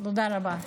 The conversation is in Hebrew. תודה רבה.